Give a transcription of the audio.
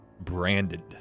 branded